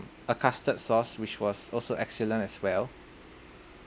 a custard sauce which was also excellent as well